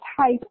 type